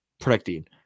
predicting